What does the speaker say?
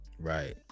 right